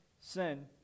sin